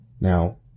Now